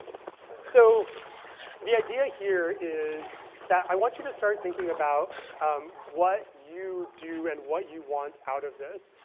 so the idea here is that i want you to start thinking about um what you do and what you want out of this.